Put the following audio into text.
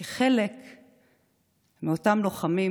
כי חלק מאותם לוחמים